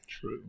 True